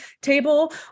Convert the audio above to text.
table